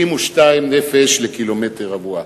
72 נפש לקילומטר רבוע,